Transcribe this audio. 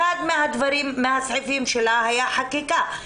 אחד מהסעיפים שלה היה חקיקה.